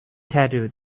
tattoo